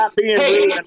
Hey